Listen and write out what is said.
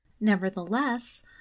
Nevertheless